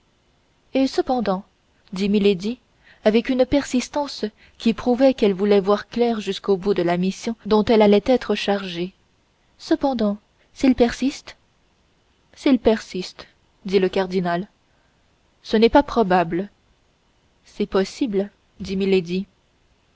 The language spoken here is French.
et cependant dit milady avec une persistance qui prouvait qu'elle voulait voir clair jusqu'au bout dans la mission dont elle allait être chargée cependant s'il persiste s'il persiste dit le cardinal ce n'est pas probable c'est possible dit